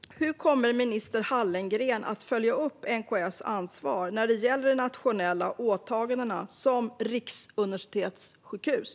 Hur kommer minister Hallengren att följa upp NKS ansvar när det gäller de nationella åtagandena som riksuniversitetssjukhus?